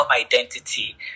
identity